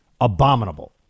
abominable